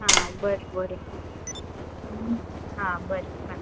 आं बरें बरें आं बरें बाय